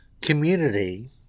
community